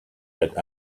that